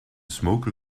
smoker